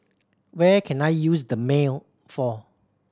where can I use Dermale for